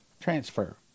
transfer